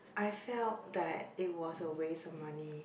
I felt that it was a waste of money